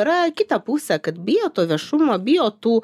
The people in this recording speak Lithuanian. yra kita pusė kad bijo to viešumo bijo tų